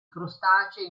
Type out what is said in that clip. crostacei